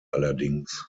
allerdings